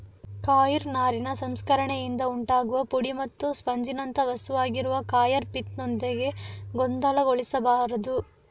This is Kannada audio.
ಕಾಯಿರ್ ನಾರಿನ ಸಂಸ್ಕರಣೆಯಿಂದ ಉಂಟಾಗುವ ಪುಡಿ ಮತ್ತು ಸ್ಪಂಜಿನಂಥ ವಸ್ತುವಾಗಿರುವ ಕಾಯರ್ ಪಿತ್ ನೊಂದಿಗೆ ಗೊಂದಲಗೊಳಿಸಬಾರದು